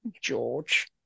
George